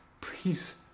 please